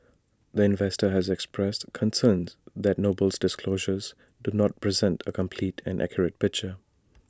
the investor has expressed concerns that Noble's disclosures do not present A complete and accurate picture